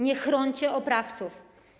Nie chrońcie oprawców.